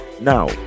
now